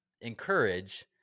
encourage